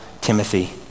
Timothy